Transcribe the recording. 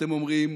אתם אומרים,